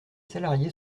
salariés